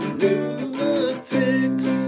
lunatics